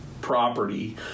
property